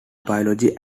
biology